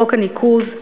חוק הניקוז,